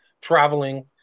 traveling